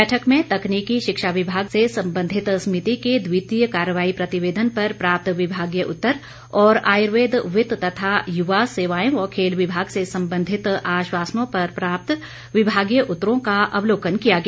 बैठक में तकनीकी शिक्षा विभाग से संबंधित समिति के द्वितीय कार्रवाई प्रतिवेदन पर प्राप्त विभागीय उत्तर और आयुर्वेद वित्त तथा युवा सेवाएं व खेल विभाग से संबंधित आश्वासनों पर प्राप्त विभागीय उत्तरों का अवलोकन किया गया